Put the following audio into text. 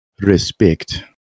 respect